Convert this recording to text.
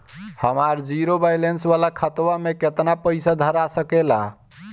हमार zero balance वाला खतवा म केतना पईसा धरा सकेला?